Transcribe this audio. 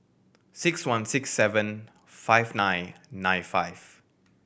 six one six seven five nine nine five